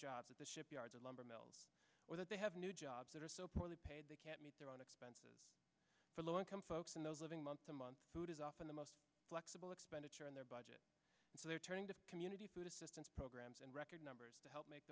jobs at the shipyards and lumber mills where they have new jobs that are so poorly paid they can't meet their own expenses for low income folks and those living month to month who is often the most flexible expenditure in their budget so they're turning to community food assistance programs in record numbers to help make